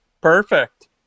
Perfect